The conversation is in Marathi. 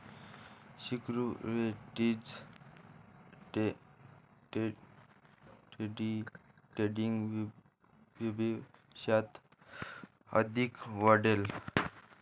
सिक्युरिटीज ट्रेडिंग भविष्यात अधिक वाढेल